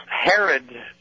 Herod